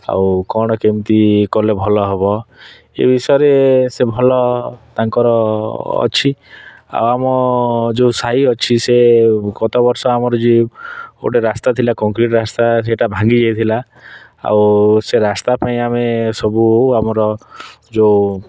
ଆଉ କଣ କେମିତି କଲେ ଭଲ ହେବ ଏ ବିଷୟରେ ସେ ଭଲ ତାଙ୍କର ଅଛି ଆଉ ଆମ ଯେଉଁ ସାହି ଅଛି ସେ ଗତ ବର୍ଷ ଆମର ଯେଉଁ ଗୋଟେ ରାସ୍ତା ଥିଲା କଂକ୍ରିଟ୍ ରାସ୍ତା ସେଇଟା ଭାଙ୍ଗି ଯାଇଥିଲା ଆଉ ସେ ରାସ୍ତା ପାଇଁ ଆମେ ସବୁ ଆମର ଯେଉଁ